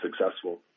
successful